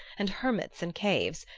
and hermits in caves,